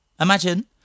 Imagine